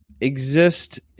exist